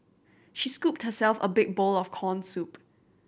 she scooped herself a big bowl of corn soup